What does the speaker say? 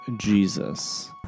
Jesus